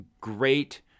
great